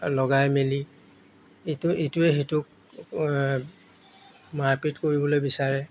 লগাই মেলি এইটো ইটোৱে সেইটোক মাৰপিট কৰিবলৈ বিচাৰে